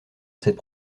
cette